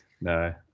No